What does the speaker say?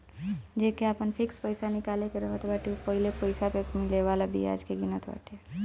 जेके आपन फिक्स पईसा निकाले के रहत बाटे उ पहिले पईसा पअ मिले वाला बियाज के गिनत बाटे